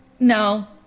No